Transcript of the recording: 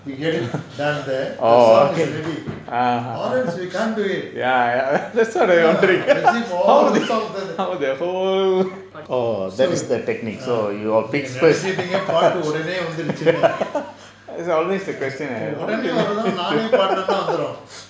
we get it done there the song is ready or else we can't do it ya பாட்டு ஒடனே வந்துருச்சுன்னு:paattu odane vanthuruchunu ஒடனே வரனும்னா நானே பாடுனன்னா வந்துரும்:odane varanumnaa nane paadunanna vanthurum